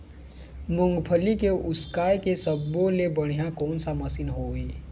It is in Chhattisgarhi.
मूंगफली के उसकाय के सब्बो ले बढ़िया कोन सा मशीन हेवय?